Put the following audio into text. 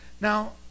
Now